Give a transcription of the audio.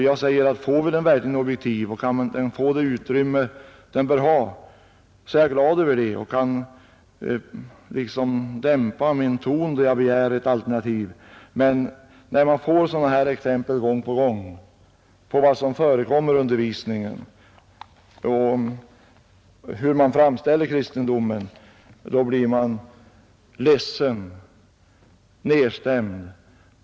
Jag säger att får vi den verkligt objektiv och kan den få det utrymme den bör ha, är jag glad över det och kan liksom dämpa min ton då jag begär ett alternativ. Men när man ser sådana här exempel gång på gång på vad som förekommer i undervisningen och hur kristendomen framställs, blir man ledsen och nedstämd.